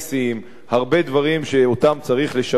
הרבה דברים שצריך לשפר או לתקן,